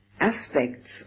aspects